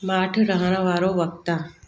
माठि रहण वारो वक्ता